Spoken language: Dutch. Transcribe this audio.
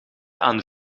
aan